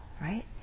right